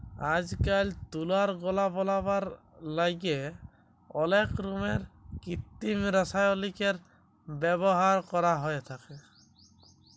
আইজকাইল তুলার গলা বলাবার ল্যাইগে অলেক রকমের কিত্তিম রাসায়লিকের ব্যাভার ক্যরা হ্যঁয়ে থ্যাকে